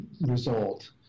result